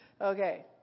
Okay